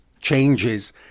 changes